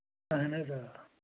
اَہن حظ آ